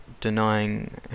denying